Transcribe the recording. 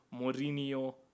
Mourinho